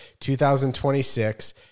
2026